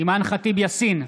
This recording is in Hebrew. אימאן ח'טיב יאסין,